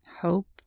hope